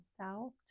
south